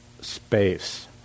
space